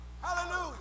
Hallelujah